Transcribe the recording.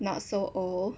not so old